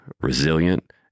resilient